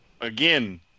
Again